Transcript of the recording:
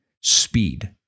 speed